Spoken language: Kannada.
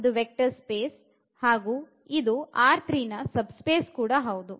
ಒಂದು ವೆಕ್ಟರ್ ಸ್ಪೇಸ್ ಹಾಗು ಇದು ನ ಸಬ್ ಸ್ಪೇಸ್ ಕೂಡ ಹೌದು